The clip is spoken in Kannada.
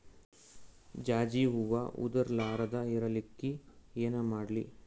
ಜಾಜಿ ಹೂವ ಉದರ್ ಲಾರದ ಇರಲಿಕ್ಕಿ ಏನ ಮಾಡ್ಲಿ?